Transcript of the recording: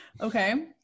Okay